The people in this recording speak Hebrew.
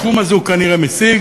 בתחום הזה הוא כנראה משיג,